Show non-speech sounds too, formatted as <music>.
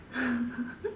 <laughs>